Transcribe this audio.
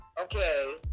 Okay